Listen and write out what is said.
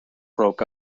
broke